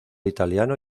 italiano